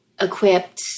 equipped